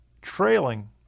trailing